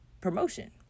promotion